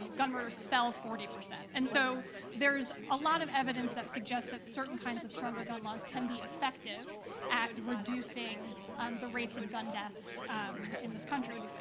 gun murders fell forty. and so there's a lot of evidence that suggests that certain kinds of stronger gun laws can be effective at reducing the rates of gun deaths in this country.